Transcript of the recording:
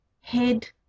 head